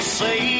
say